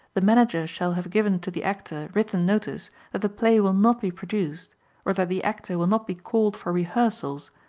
the manager shall have given to the actor written notice that the play will not be produced or that the actor will not be called for rehearsals,